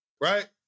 right